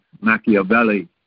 Machiavelli